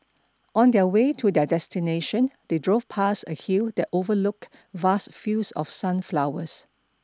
on their way to their destination they drove past a hill that overlooked vast fields of sunflowers